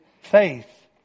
faith